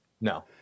No